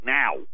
now